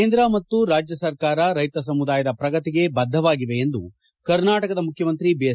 ಕೇಂದ್ರ ಮತ್ತು ರಾಜ್ಯ ಸರ್ಕಾರ ರೈತ ಸಮುದಾಯದ ಪ್ರಗತಿಗೆ ಬದ್ಧವಾಗಿವೆ ಎಂದು ಕರ್ನಾಟಕ ಮುಖ್ಯಮಂತ್ರಿ ಬಿಎಸ್